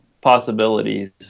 possibilities